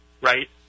right